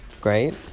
Great